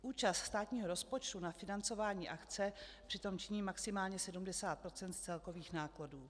Účast státního rozpočtu na financování akce přitom činí maximálně 70 % z celkových nákladů.